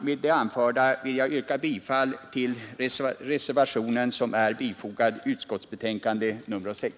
Med det anförda vill jag yrka bifall till reservationen som är fogad vi socialförsäkringsutskottets betänkande nr 6.